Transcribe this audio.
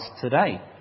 today